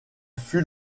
fut